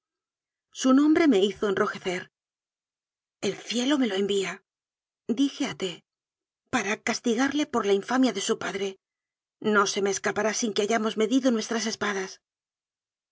su nombre me hizo enrojecer el cielo me lo envíadije a t para castigarle por la infamia de su padre no se me escapará sin que hayamos medido nuestras espadas